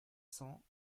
cents